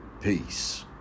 peace